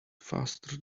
faster